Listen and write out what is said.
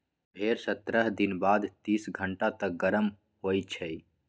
भेड़ सत्रह दिन बाद तीस घंटा तक गरम होइ छइ